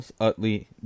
Utley